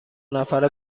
نفره